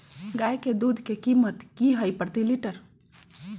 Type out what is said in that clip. गाय के दूध के कीमत की हई प्रति लिटर?